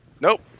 Nope